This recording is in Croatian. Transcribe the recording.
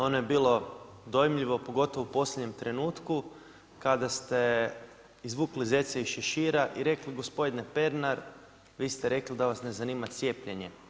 Ono je bilo dojmljivo, pogotovo u posljednjem trenutku kada ste izvukli „zeca iz šešira“ i rekli gospodine Pernar vi ste rekli da vas ne zanima cijepljenje.